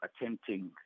attempting